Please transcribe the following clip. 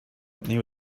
company